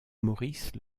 maurice